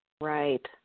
Right